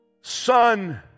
Son